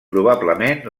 probablement